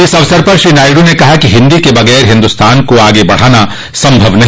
इस अवसर पर श्री नायडू ने कहा कि हिन्दी के बगर हिन्दुस्तान को आगे बढ़ाना संभव नहीं